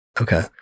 Okay